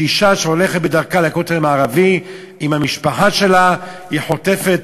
שאישה שהולכת בדרכה לכותל המערבי עם המשפחה שלה חוטפת